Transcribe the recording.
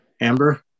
Amber